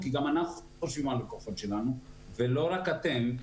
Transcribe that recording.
כי גם אנחנו חושבים על הלקוחות שלנו ולא רק אתם.